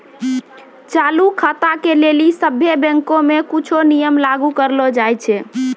चालू खाता के लेली सभ्भे बैंको मे कुछो नियम लागू करलो जाय छै